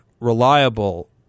reliable